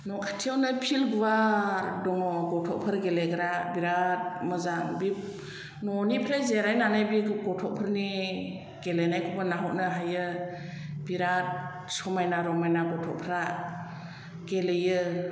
न'खाथियावनो field गुवार दङ गथ'फोर गेलेग्रा बिराद मोजां बे न'निफ्राय जिरायनानै बे गथ'फोरनि गेलेनायखौबो नाहथनो हायो बिराद समायना रमायना गथ'फ्रा गेलेयो